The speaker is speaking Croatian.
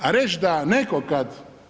A reći da neko kad